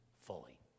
fully